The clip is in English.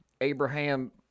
Abraham